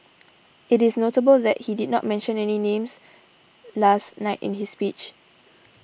it is notable that he did not mention any names last night in his speech